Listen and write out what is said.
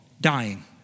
dying